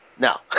No